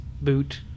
boot